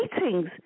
meetings